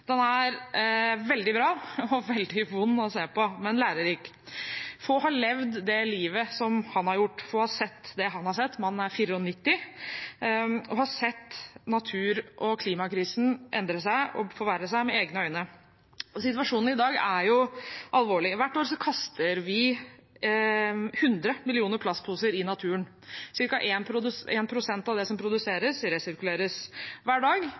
Den er veldig bra. Den er veldig vond å se på, men lærerik. Få har levd det livet han har gjort, få har sett det han har sett. Mannen er 94 år og har med egne øyne sett natur- og klimakrisen endre seg og forverre seg. Situasjonen i dag er alvorlig. Hvert år kaster vi 100 millioner plastposer i naturen. Cirka 1 pst. av det som produseres, resirkuleres. Hver dag